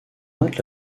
note